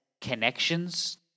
connections